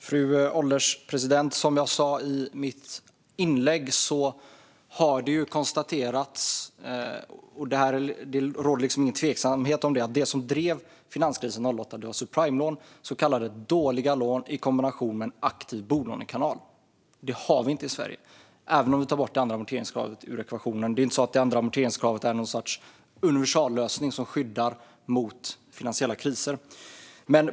Fru ålderspresident! Som jag sa i mitt inlägg har det konstaterats - och det råder det ingen tveksamhet kring - att det var subprimelån, så kallade dåliga lån, som drev finanskrisen 2008 i kombination med en aktiv bolånekanal. Det har vi inte i Sverige, även om vi tar bort det andra amorteringskravet ur ekvationen. Det är inte så att det andra amorteringskravet är någon sorts universallösning som skyddar mot finansiella kriser.